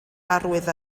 arwydd